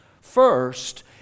First